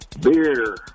Beer